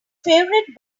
favorite